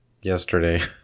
yesterday